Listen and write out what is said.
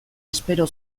espero